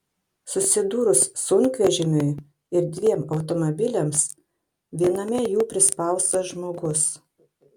susidūrus sunkvežimiui ir dviem automobiliams viename jų prispaustas žmogus